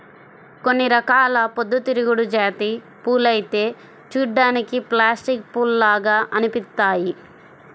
కొన్ని రకాల పొద్దుతిరుగుడు జాతి పూలైతే చూడ్డానికి ప్లాస్టిక్ పూల్లాగా అనిపిత్తయ్యి